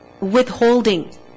withholding